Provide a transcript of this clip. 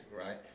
right